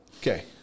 Okay